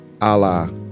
Allah